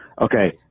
Okay